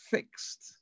fixed